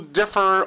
differ